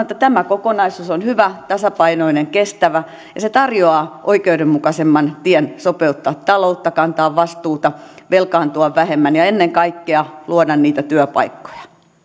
että tämä kokonaisuus on hyvä tasapainoinen kestävä ja tarjoaa oikeudenmukaisemman tien sopeuttaa taloutta kantaa vastuuta velkaantua vähemmän ja ennen kaikkea luoda niitä työpaikkoja